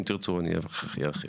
אם תרצו, אני ארחיב.